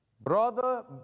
Brother